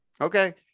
okay